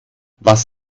was